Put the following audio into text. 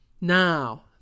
Now